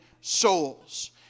souls